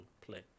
play